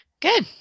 good